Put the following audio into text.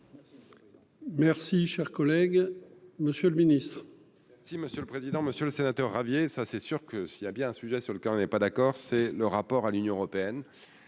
Merci, cher collègue, Monsieur le Ministre. Si Monsieur le président, Monsieur le Sénateur Ravier, ça c'est sûr que si il y a bien un sujet sur lequel on n'est pas d'accord, c'est le rapport à l'Union européenne,